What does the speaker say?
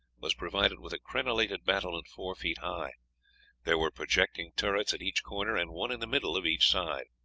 was provided with a crenellated battlement four feet high there were projecting turrets at each corner, and one in the middle of each side.